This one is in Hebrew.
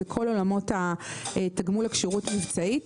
זה כל עולמות התגמול לכשירות מבצעית.